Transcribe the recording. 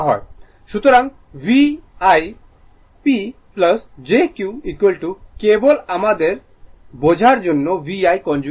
সুতরাং VI P jQ কেবল আমাদের বোঝার জন্য VI কনজুগেট নিয়েছে